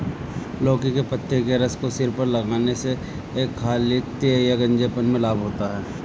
लौकी के पत्ते के रस को सिर पर लगाने से खालित्य या गंजेपन में लाभ होता है